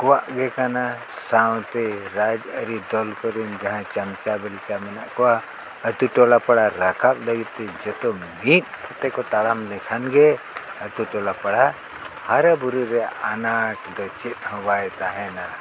ᱠᱚᱣᱟᱜ ᱜᱮ ᱠᱟᱱᱟ ᱥᱟᱶᱛᱮ ᱨᱟᱡᱽᱟᱹᱨᱤ ᱫᱚᱞ ᱠᱚᱨᱮᱱ ᱡᱟᱦᱟᱸᱭ ᱪᱟᱢᱪᱟ ᱵᱮᱞᱪᱟ ᱢᱮᱱᱟᱜ ᱠᱚᱣᱟ ᱟᱛᱳ ᱴᱚᱞᱟ ᱯᱟᱲᱟ ᱨᱟᱠᱟᱵ ᱞᱟᱹᱜᱤᱫ ᱛᱮ ᱡᱚᱛᱚ ᱢᱤᱫ ᱠᱟᱛᱮ ᱠᱚ ᱛᱟᱲᱟᱢ ᱞᱮᱠᱷᱟᱱ ᱜᱮ ᱟᱛᱳ ᱴᱚᱞᱟ ᱯᱟᱲᱟ ᱦᱟᱨᱟ ᱵᱩᱨᱩ ᱨᱮ ᱟᱱᱟᱴ ᱫᱚ ᱪᱮᱫ ᱦᱚᱸ ᱵᱟᱭ ᱛᱟᱦᱮᱱᱟ